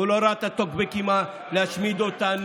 הוא לא ראה את הטוקבקים להשמיד אותנו,